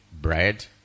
bread